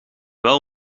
wel